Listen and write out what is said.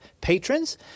patrons